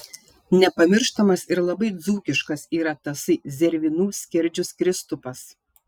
nepamirštamas ir labai dzūkiškas yra tasai zervynų skerdžius kristupas